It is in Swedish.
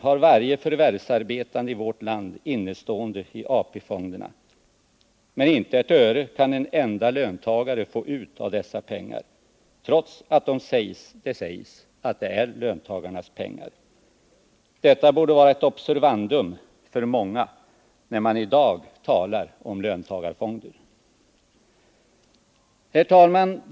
har varje förvärvsarbetande i vårt land innestående i AP-fonderna, men inte ett öre kan en enda löntagare få ut av dessa pengar trots att det sägs att det är löntagarnas pengar. Detta borde vara ett observandum för många när man i dag talar om löntagarfonder.